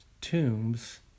tombs